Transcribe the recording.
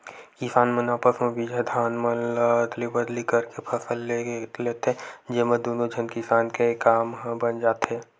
किसान मन आपस म बिजहा धान मन ल अदली बदली करके फसल ले लेथे, जेमा दुनो झन किसान के काम ह बन जाथे